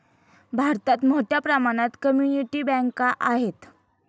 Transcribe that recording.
भारतात मोठ्या प्रमाणात कम्युनिटी बँका आहेत